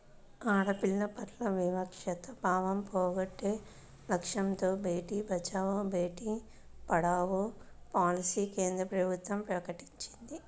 ఆడపిల్లల పట్ల వివక్షతా భావం పోగొట్టే లక్ష్యంతో బేటీ బచావో, బేటీ పడావో పాలసీని కేంద్ర ప్రభుత్వం ప్రకటించింది